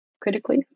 critically